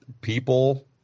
people